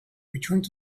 returned